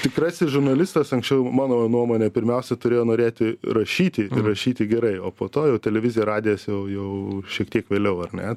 tikrasis žurnalistas anksčiau mano nuomone pirmiausia turėjo norėti rašyti rašyti gerai o po to jau televizija radijas jau jau šiek tiek vėliau ar ne